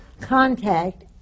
contact